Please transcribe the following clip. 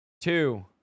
Two